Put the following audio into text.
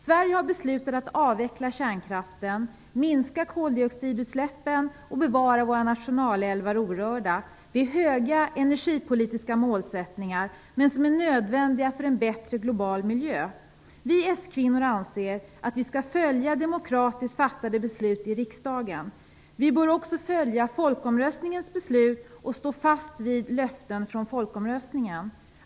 Sverige har beslutat att avveckla kärnkraften, minska koldioxidutsläppen och bevara våra nationalälvar orörda. Det är höga energipolitiska målsättningar, som dock är nödvändiga för en bättre global miljö. Vi s-kvinnor anser att riksdagen skall följa sina demokratiskt fattade beslut. Den bör också följa folkomröstningens beslut och stå fast vid löften från folkomröstningen.